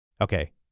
Okay